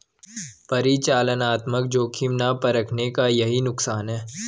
परिचालनात्मक जोखिम ना परखने का यही नुकसान है